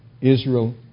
Israel